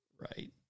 Right